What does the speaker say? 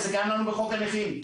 זה גם בחוק הנכים.